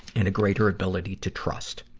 and a greater ability to trust.